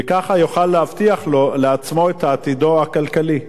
וככה יוכל להבטיח לעצמו את עתידו הכלכלי.